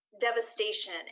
devastation